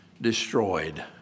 destroyed